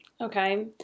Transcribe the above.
Okay